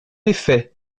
effet